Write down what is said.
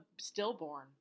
stillborn